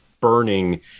burning